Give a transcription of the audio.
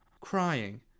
crying